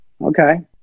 Okay